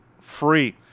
free